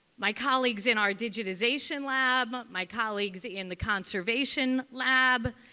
my colleagues in our digitization lab, my colleagues in the conservation lab.